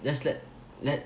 just let let